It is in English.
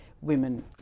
women